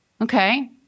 Okay